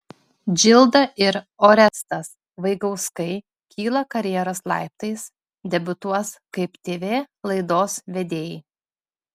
džilda ir orestas vaigauskai kyla karjeros laiptais debiutuos kaip tv laidos vedėjai